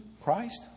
Christ